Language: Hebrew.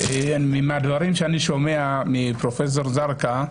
מהדברים שאני שומע מפרופ' זרקא,